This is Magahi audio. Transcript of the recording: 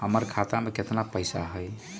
हमर खाता में केतना पैसा हई?